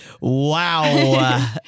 wow